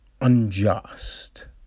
unjust